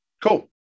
Cool